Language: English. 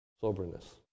Soberness